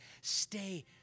Stay